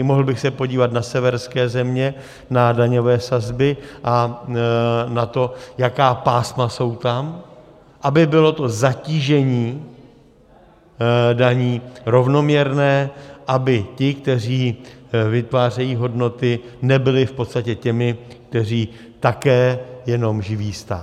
Mohl bych se podívat na severské země na daňové sazby a na to, jaká pásma jsou tam, aby bylo to zatížení daní rovnoměrné, aby ti, kteří vytvářejí hodnoty, nebyli v podstatě těmi, kteří také jenom živí stát.